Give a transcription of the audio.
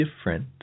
different